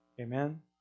Amen